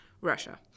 Russia